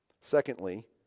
Secondly